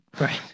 Right